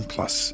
Plus